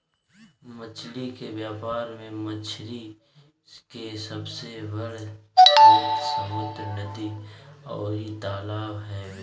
मछली के व्यापार में मछरी के सबसे बड़ स्रोत समुंद्र, नदी अउरी तालाब हवे